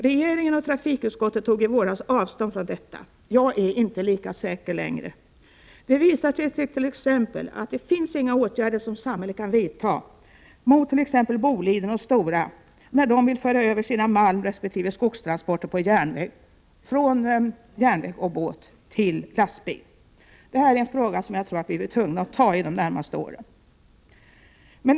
Regeringen och trafikutskottet tog i våras avstånd från detta. Jag är inte lika säker längre. Det visar sig t.ex. att det inte finns några åtgärder som samhället kan vidta mot t.ex. Boliden och Stora när de vill föra över sina malmresp. skogstransporter från järnväg och båt till lastbil. Detta är en fråga som jag tror att vi blir tvungna att ta i under de närmaste åren.